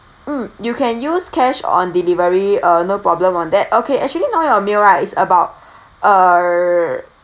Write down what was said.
mm you can use cash on delivery uh no problem on that okay actually now your meal right it's about err